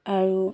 আৰু